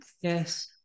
Yes